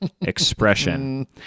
expression